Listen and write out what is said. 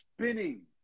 spinning